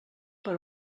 per